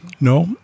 No